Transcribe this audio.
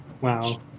Wow